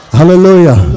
Hallelujah